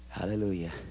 Hallelujah